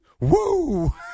Woo